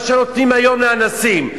מה שנותנים היום לאנסים,